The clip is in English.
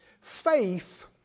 Faith